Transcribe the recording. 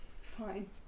Fine